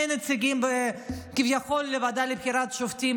נציגים כביכול בוועדה לבחירות שופטים.